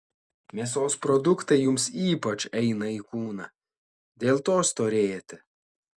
mėsos produktai jums ypač eina į kūną dėl to storėjate